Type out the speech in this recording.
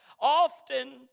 often